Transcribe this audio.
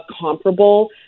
comparable